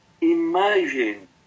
imagine